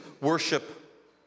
worship